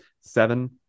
seven